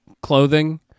clothing